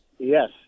Yes